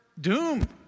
doom